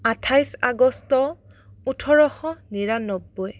আঠাইছ আগষ্ট ওঠৰশ নিৰান্নবৈ